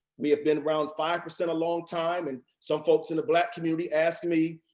we have been around five percent a long time. and some folks in the black community ask me,